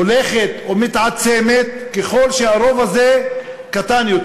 הולכת ומתעצמת, ככל שהרוב הזה קטן יותר.